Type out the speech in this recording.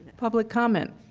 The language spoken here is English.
public comment?